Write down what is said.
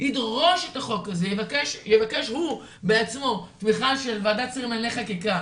ידרוש את החוק הזה ויבקש הוא בעצמו תמיכה של ועדת השרים לחקיקה,